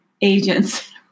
agents